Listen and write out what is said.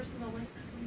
and the links?